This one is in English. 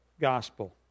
gospel